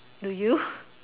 do you